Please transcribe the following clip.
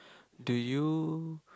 do you